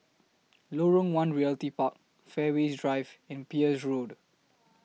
Lorong one Realty Park Fairways Drive and Peirce Road